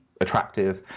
attractive